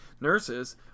nurses